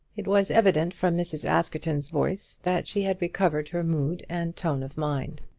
it was evident from mrs. askerton's voice that she had recovered her mood and tone of mind.